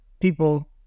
people